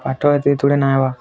ପାଠ ଏଇଠି ଥୋଡ଼େ ନା ହେବା